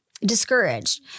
discouraged